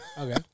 Okay